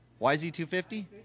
YZ250